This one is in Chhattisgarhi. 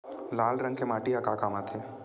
लाल रंग के माटी ह का काम आथे?